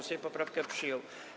Sejm poprawkę przyjął.